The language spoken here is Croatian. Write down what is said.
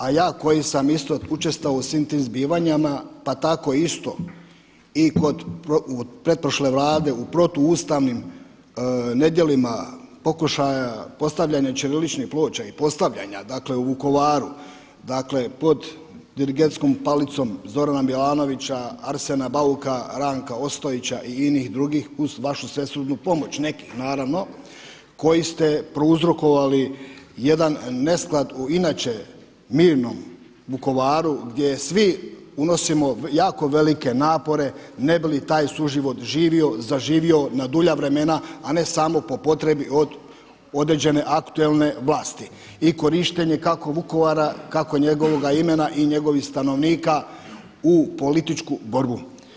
A ja koji sam isto učestvovao svim tim zbivanjima, pa tako isto i kod pretprošle Vlade u protu ustavnim nedjelima pokušaja postavljanja ćirilićnih ploča i postavljanja, dakle u Vukovaru dakle pod dirigentskom palicom Zorana Milanovića, Arsena Bauka, Ranka Ostojića i inih drugih uz vašu svesrdnu pomoć, nekih naravno koji ste prouzrokovali jedan nesklad u inače mirnom Vukovaru gdje svi unosimo jako velike napore ne bi li taj suživot živio, zaživio na dulja vremena a ne samo po potrebi od određene aktualne vlasti i korištenje kako Vukovara, kako njegovoga imena i njegovih stanovnika u političku borbu.